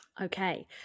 Okay